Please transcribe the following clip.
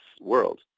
world